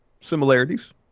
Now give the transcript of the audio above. similarities